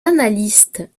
analystes